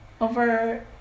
Over